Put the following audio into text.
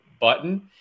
button